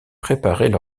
préparaient